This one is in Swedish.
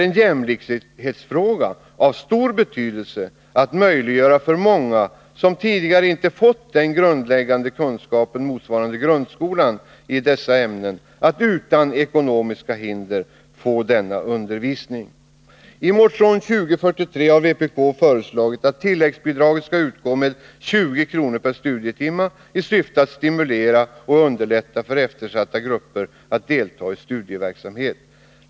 En jämlikhetsfråga av stor betydelse är att man möjliggör för många som tidigare inte fått den grundläggande kunskapen motsvarande grundskolan i dessa ämnen att utan ekonomiska hinder ta del av denna undervisning. I motion 2043 har vpk föreslagit att tilläggsbidraget skall utgå med 20 kr. per studietimme i syfte att underlätta för och att stimulera eftersatta grupper när det gäller att delta i studieverksamhet.